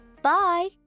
Bye